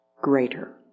greater